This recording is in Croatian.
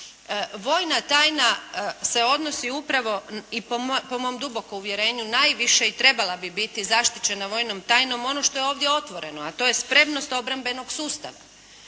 Vojna tajna se odnosi upravo, i po mom dubokom uvjerenju, najviše i trebala bi biti zaštićeno vojnom tajnom ono što je ovdje otvoreno, a to je spremnost obrambenog sustava.